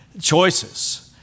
choices